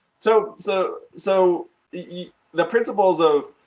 so so so, the the principles of